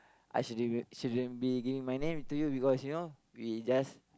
I shouldn't shouldn't be giving my name to you because you know we just